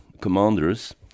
commanders